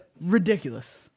ridiculous